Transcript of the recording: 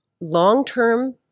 long-term